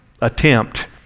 attempt